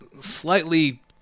slightly